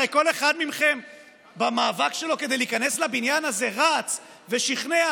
הרי כל אחד מכם במאבק שלו כדי להיכנס לבניין הזה רץ ושכנע,